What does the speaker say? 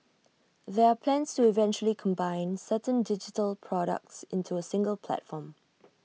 there are plans to eventually combine certain digital products into A single platform